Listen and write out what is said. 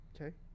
Okay